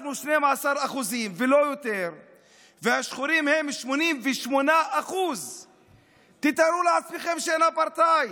אנחנו 12% ולא יותר והשחורים הם 88%. תתארו לעצמכם שאין אפרטהייד,